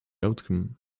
outcome